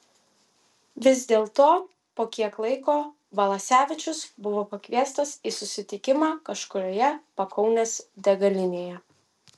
vis dėlto po kiek laiko valasevičius buvo pakviestas į susitikimą kažkurioje pakaunės degalinėje